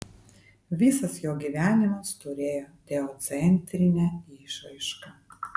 visas jo gyvenimas turėjo teocentrinę išraišką